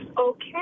Okay